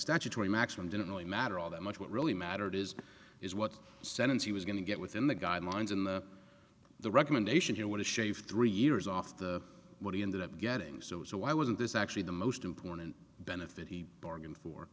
statutory maximum didn't really matter all that much what really mattered is is what sentence he was going to get within the guidelines in the the recommendation here what a shave three years off the what he ended up getting so why wasn't this actually the most important benefit he bargained for